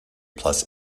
plus